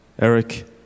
Eric